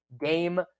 game